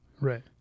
Right